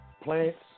Plants